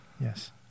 Yes